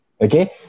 Okay